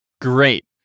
Great